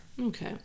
Okay